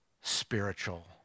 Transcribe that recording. spiritual